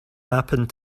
happened